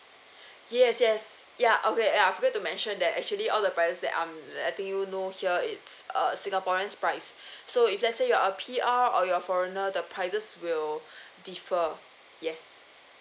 yes yes ya okay yeah I forget to mention that actually all the prices that I'm letting you know here it's err singaporean price so if let's say you're P_R or you're foreigner the prices will differ yes